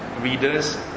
readers